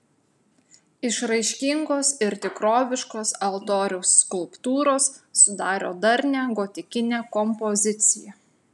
išraiškingos ir tikroviškos altoriaus skulptūros sudaro darnią gotikinę kompoziciją